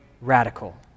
radical